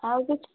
ଆଉ କିଛି